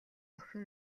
охин